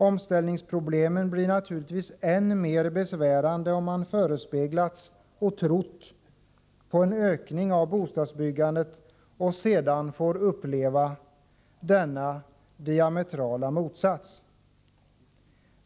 Omställningsproblemen blir naturligtvis än mer besvärande, om man förespeglats och trott på en ökning av bostadsbyggandet och sedan får uppleva denna diametrala motsats.